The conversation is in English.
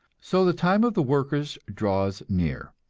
so the time of the workers draws near.